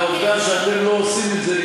והעובדה שאתם לא עושים את זה,